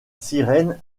sirène